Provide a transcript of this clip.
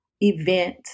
event